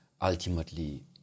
ultimately